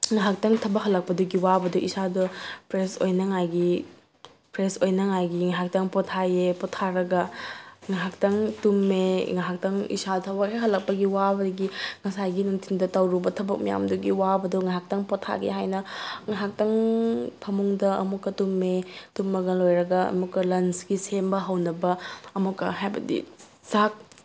ꯉꯥꯏꯍꯥꯛꯇꯪ ꯊꯕꯛ ꯍꯜꯂꯛꯄꯗꯨꯒꯤ ꯋꯥꯕꯗꯨ ꯏꯁꯥꯗꯨ ꯐ꯭ꯔꯦꯁ ꯑꯣꯏꯅꯉꯥꯏꯒꯤ ꯐ꯭ꯔꯦꯁ ꯑꯣꯏꯅꯉꯥꯏꯒꯤ ꯉꯥꯏꯍꯥꯛꯇꯥꯡ ꯄꯣꯊꯥꯏꯑꯦ ꯄꯣꯊꯥꯔꯒ ꯉꯥꯏꯍꯥꯛꯇꯪ ꯇꯨꯝꯃꯦ ꯉꯥꯏꯍꯥꯛꯇꯪ ꯏꯁꯥ ꯊꯕꯛ ꯍꯦꯛ ꯍꯜꯂꯛꯄꯒꯤ ꯋꯥꯕꯒꯤ ꯉꯥꯏꯁꯥꯏꯒꯤ ꯅꯨꯡꯊꯤꯟꯗ ꯇꯧꯔꯨꯕ ꯊꯕꯛ ꯃꯌꯥꯝꯗꯨꯒꯤ ꯋꯥꯕꯗꯨ ꯉꯥꯏꯍꯥꯛꯇꯪ ꯄꯣꯊꯥꯒꯦ ꯍꯥꯏꯅ ꯉꯥꯏꯍꯥꯛꯇꯪ ꯐꯃꯨꯡꯗ ꯑꯃꯨꯛꯀ ꯇꯨꯝꯃꯦ ꯇꯨꯝꯃꯒ ꯂꯣꯏꯔꯒ ꯑꯃꯨꯛꯀ ꯂꯟꯁꯀꯤ ꯁꯦꯝꯕ ꯍꯧꯅꯕ ꯑꯃꯨꯛꯀ ꯍꯥꯏꯕꯗꯤ ꯆꯥꯛ